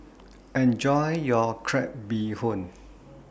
Enjoy your Crab Bee Hoon